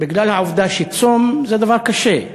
בגלל העובדה שצום זה דבר קשה.